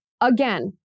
Again